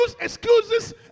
excuses